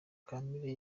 kampire